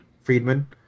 Friedman